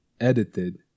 edited